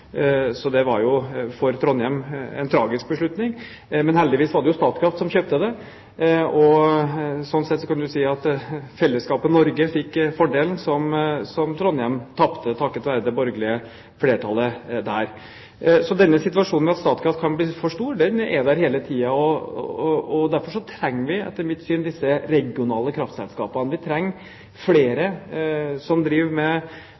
så det var for Trondheim en tragisk beslutning. Men heldigvis var det jo Statkraft som kjøpte det, og sånn sett kan man si at fellesskapet Norge fikk fordelen som Trondheim tapte takket være det borgelige flertallet der. Så den situasjonen, at Statkraft kan bli for stort, er der hele tiden. Derfor trenger vi, etter mitt syn, de regionale kraftselskapene. Vi trenger flere som driver med